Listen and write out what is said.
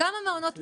בכמה מעונות מדובר?